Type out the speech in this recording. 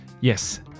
Yes